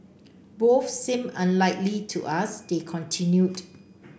both seem unlikely to us they continued